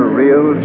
real